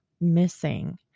missing